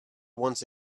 once